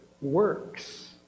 works